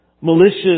malicious